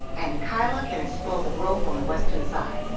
and keila can explore the grove on the western side.